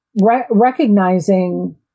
recognizing